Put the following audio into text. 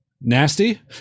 Nasty